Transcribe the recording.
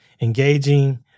engaging